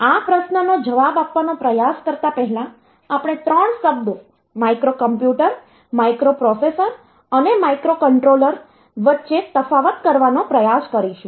આ પ્રશ્નનો જવાબ આપવાનો પ્રયાસ કરતા પહેલા આપણે ત્રણ શબ્દો માઇક્રોકોમ્પ્યુટર માઇક્રોપ્રોસેસર અને માઇક્રોકંટ્રોલર વચ્ચે તફાવત કરવાનો પ્રયાસ કરીશું